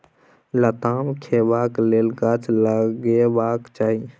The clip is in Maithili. लताम खेबाक लेल गाछ लगेबाक चाही